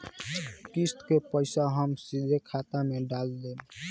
किस्त के पईसा हम सीधे खाता में डाल देम?